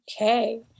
okay